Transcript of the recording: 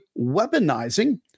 weaponizing